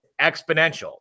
exponential